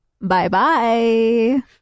bye-bye